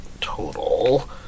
Total